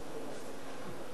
אדוני היושב-ראש,